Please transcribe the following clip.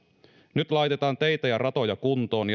nyt laitetaan teitä ja ratoja kuntoon